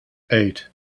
eight